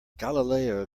galileo